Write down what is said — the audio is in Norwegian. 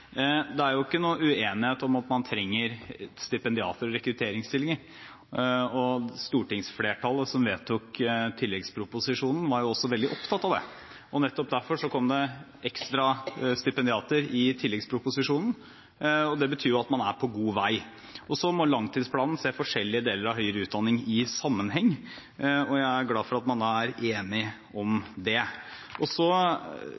tilleggsproposisjonen, var jo også veldig opptatt av det. Nettopp derfor kom det ekstra stipendiater i tilleggsproposisjonen, og det betyr at man er på god vei. Så må en i langtidsplanen se forskjellige deler av høyere utdanning i sammenheng, og jeg er glad for at man er enig